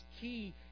key